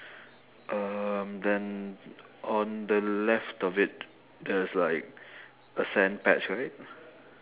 um then on the left of it there's like a sand patch right